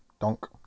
donk